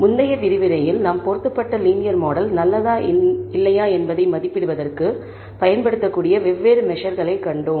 முந்தைய விரிவுரையில் நாம் பொருத்தப்பட்ட லீனியர் மாடல் நல்லதா இல்லையா என்பதை மதிப்பிடுவதற்குப் பயன்படுத்தக்கூடிய வெவ்வேறு மெஸர்களைக் கண்டோம்